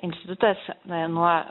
institutas nuo